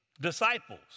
disciples